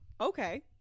Okay